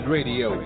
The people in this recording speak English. Radio